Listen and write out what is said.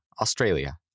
Australia